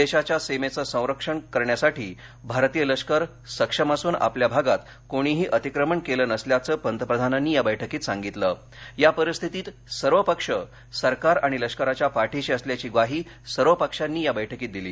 देशाच्या सीमेचं रक्षण करण्यासाठी भारतीय लष्कर सक्षम असून आपल्या भागात कोणीही अतिक्रमण केलं नसल्याचं पंतप्रधानांनी या बैठकीत सांगितलं या परिस्थितीत सर्व पक्ष सरकार आणि लष्कराच्या पाठीशी असल्याची ग्वाही सर्व पक्षांनी या बैठकीत दिली